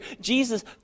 Jesus